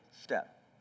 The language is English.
step